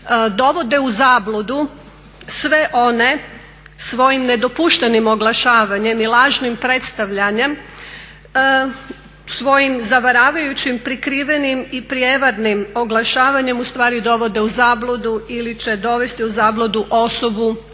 dovode u zabludu sve one svojim nedopuštenim oglašavanjem i lažnim predstavljanjem, svojim zavaravajućim prikrivenim i prijevarnim oglašavanjem ustvari dovode u zabludu ili će dovesti u zabludu osobu